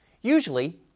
Usually